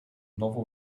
novel